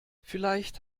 vielleicht